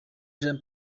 jean